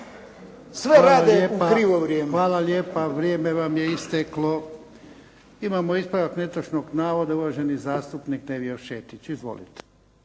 **Jarnjak, Ivan (HDZ)** Hvala lijepa. Vrijeme vam je isteklo. Imamo ispravak netočnog navoda. Uvaženi zastupnik Nevio Šetić. Izvolite.